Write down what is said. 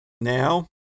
Now